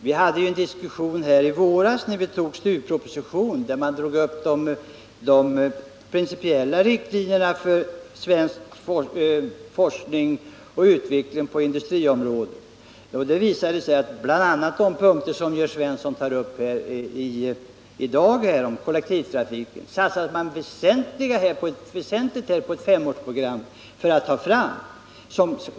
Vi hade i våras en diskussion när vi tog STU-propositionen, där de principiella riktlinjerna för svensk forskning och utveckling på industriområdet drogs upp. Bl. a. när det gäller kollektivtrafiken, som Jörn Svensson tagit upp i dag, lade man upp ett femårsprogram.